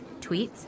tweets